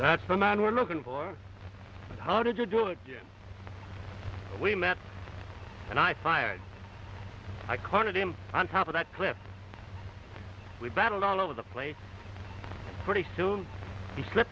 that's the man we're looking for how did you do it we met and i fired i cornered him on top of that cliff we battled all over the place pretty soon he slip